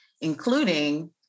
including